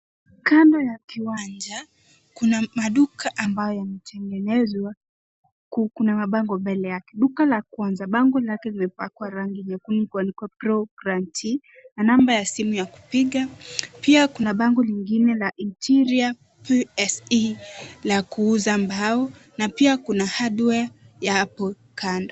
Kando ya kiwanja kuna maduka ambayo yametengenezwa, kuna mabango mbele yake. Duka la kwanza bango lake limepakwa rangi nyekundu kuandikwa proplantin na namba ya simu ya kupiga. Pia kuna bango lingine la interior P.S.E la kuuza mbao na pia kuna hardware hapo kando.